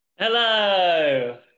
Hello